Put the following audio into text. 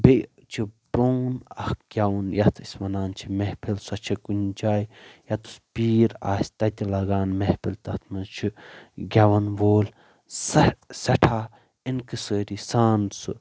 بیٚیہِ چھُ پرٛون اکھ گٮ۪ون یتھ أسۍ وانان چھِ محفل سۄ چھِ کُنہِ جایہِ یتس پیٖر آسہِ تتہِ لاگان محفل تتھ منٛز چھِ گٮ۪ون وول سیٚہ سٮ۪ٹھاہ انکِسٲری سان سُہ